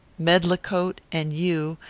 medlicote, and you,